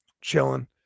chilling